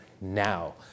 now